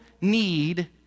need